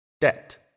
Debt